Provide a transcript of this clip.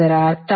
ಅದರ ಅರ್ಥ